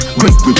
great